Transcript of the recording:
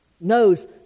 knows